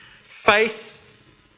Faith